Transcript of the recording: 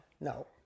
No